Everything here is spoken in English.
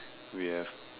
we have